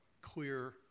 clear